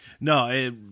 No